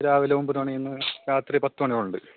രാവിലെ ഒമ്പത് മണിയിൽ നിന്ന് രാത്രി പത്ത് മണി വരെ ഉണ്ട്